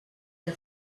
que